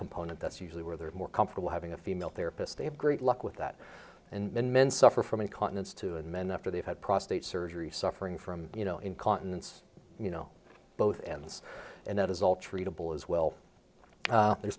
component that's usually where they're more comfortable having a female therapist they have great luck with that and men suffer from incontinence too and men after they've had prostate surgery suffering from you know incontinence you know both ends and that is all treatable as well there's